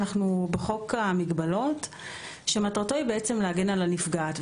אנחנו בחוק המגבלות שמטרתו היא בעצם להגן על הנפגעת.